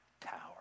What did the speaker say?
tower